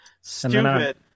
stupid